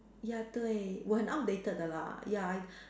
ya 对我很 outdated the lah ya I